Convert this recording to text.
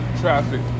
traffic